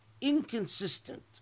inconsistent